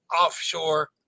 offshore